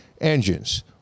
engines